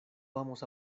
vamos